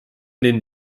den